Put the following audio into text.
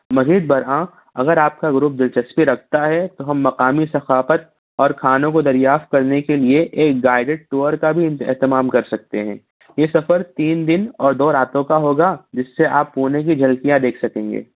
مزید بھر ہاں اگر آپ کا گروپ دلچسپی رکھتا ہے تو ہم مقامی ثقافت اور کھانوں کو دریافت کرنے کے لیے ایک گائیڈڈ ٹور کا بھی اہتمام کر سكتے ہیں یہ سفر تین دِن اور دو راتوں كا ہوگا جس سے آپ پونے کی جھلکیاں دیکھ سکیں گے